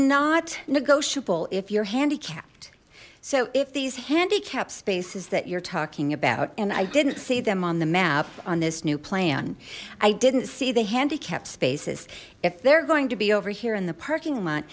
negotiable if you're handicapped so if these handicap spaces that you're talking about and i didn't see them on the map on this new plan i didn't see the handicap spaces if they're going to be over here in the parking lot